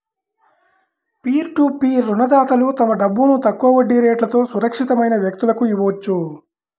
peer to peer రుణదాతలు తమ డబ్బును తక్కువ వడ్డీ రేట్లతో సురక్షితమైన వ్యక్తులకు ఇవ్వొచ్చు